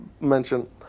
mention